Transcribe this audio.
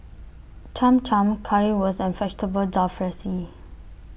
Cham Cham Currywurst and Vegetable Jalfrezi